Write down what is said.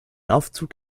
aufzug